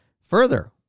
further